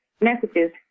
messages